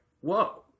whoa